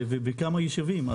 ובכמה ישובים אחרים.